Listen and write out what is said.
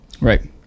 Right